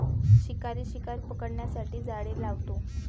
शिकारी शिकार पकडण्यासाठी जाळे लावतो